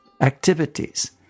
activities